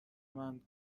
مند